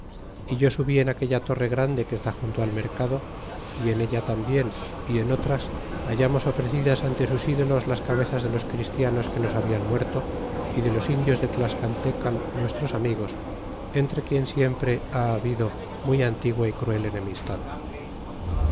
y yo subí en aquella torre grande que esté junto al mercado y en ella tambien y en otras bailamos ofrescidas ante sus mulos las ea o bazas de los ir stianos que nos hablan trinar o y de los indios de tasealtecal nuestros amigos entre quien siem pre ha habido muy antigua y cruel enemistad